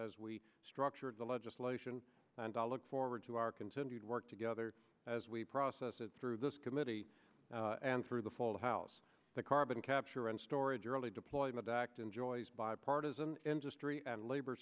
as we structured the legislation and i look forward to our continued work together as we process it through this committee and through the full house the carbon capture and storage early deployment act enjoys bipartisan industry and labor